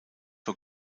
vor